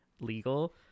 legal